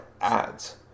ads